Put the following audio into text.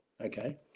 okay